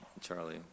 Charlie